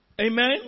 Amen